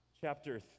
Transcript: Chapter